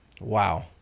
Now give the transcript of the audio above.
Wow